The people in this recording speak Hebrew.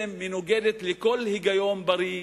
נוגדת כל היגיון בריא.